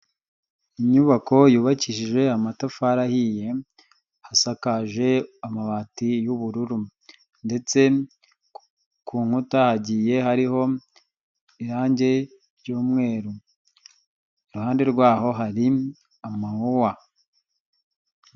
Inyubako yubakishije amatafari ahiye, hasakaje amabati y'ubururu, ndetse ku nkuta hagiye hariho irangi ry'umweru, iruhande rwaho hari amawowa.